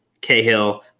Cahill